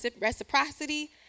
reciprocity